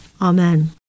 Amen